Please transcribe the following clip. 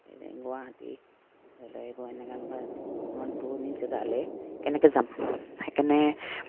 গুৱাহাটী ধৰি ল এনেকুৱা এনেকুৱা অকমান দূৰণি জেগালে কেনেকে যাম সেইকাৰণে